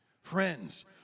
friends